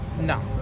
No